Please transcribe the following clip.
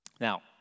Now